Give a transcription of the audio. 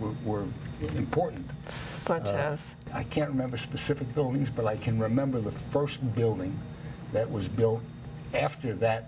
were were important such as i can't remember specific buildings but i can remember the first building that was built after that